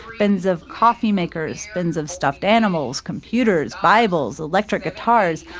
bins of coffee makers, bins of stuffed animals, computers, bibles, electric guitars,